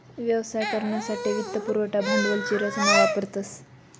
व्यवसाय करानासाठे वित्त पुरवठा भांडवली संरचना वापरतस